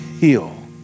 heal